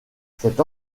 cette